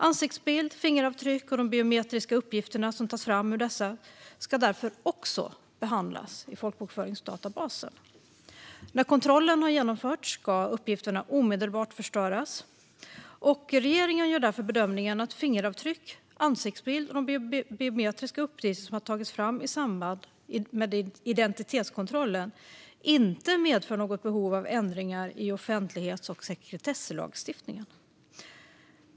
Ansiktsbild, fingeravtryck och de biometriska uppgifter som tas fram ur dessa ska därför också behandlas i folkbokföringsdatabasen. När kontrollen har genomförts ska uppgifterna omedelbart förstöras. Regeringen gör därför bedömningen att fingeravtryck, ansiktsbild och de biometriska uppgifter som har tagits fram i samband med identitetskontrollen inte medför något behov av ändringar i offentlighets och sekretesslagstiftningen.